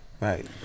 Right